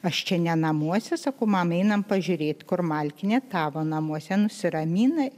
aš čia ne namuose sakau mama einam pažiūrėt kur malkinė tavo namuose nusiramina